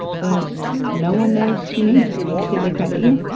but no one knows she made this did they credit you?